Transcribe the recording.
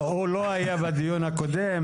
מה שכתוב כאן.